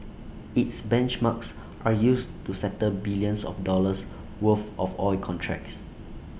its benchmarks are used to settle billions of dollars worth of oil contracts